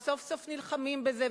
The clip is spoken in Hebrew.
וסוף-סוף נלחמים בזה,